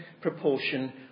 proportion